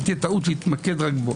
ותהיה טעות להתמקד רק בו.